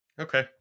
Okay